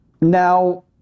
Now